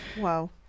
Wow